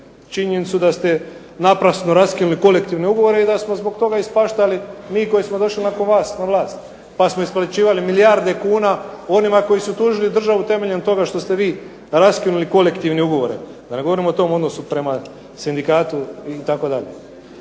činjenicu da ste naprasno raskinuli kolektivne ugovore i da smo zbog toga ispaštali mi koji smo došli nakon vas na vlast pa smo isplaćivali milijarde kuna onima koji su tužili državu temeljem toga što ste vi raskinuli kolektivne ugovore, da ne govorim o tom odnosu prema sindikatu itd.